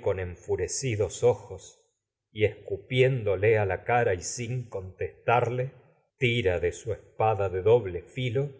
con enfurecidos ojos su escupiéndole a y y sin contestarle tira de padre porque espada de doble filo